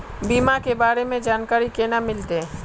बीमा के बारे में जानकारी केना मिलते?